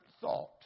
thought